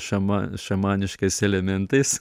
šama šamaniškais elementais